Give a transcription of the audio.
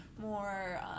more